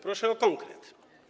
Proszę o konkret.